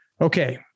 Okay